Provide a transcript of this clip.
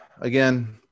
again